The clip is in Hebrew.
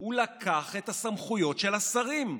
הוא לקח את הסמכויות של השרים.